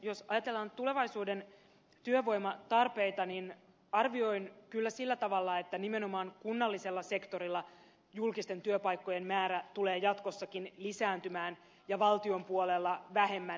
jos ajatellaan tulevaisuuden työvoimatarpeita niin arvioin kyllä sillä tavalla että nimenomaan kunnallisella sektorilla julkisten työpaikkojen määrä tulee jatkossakin lisääntymään ja valtion puolella vähemmän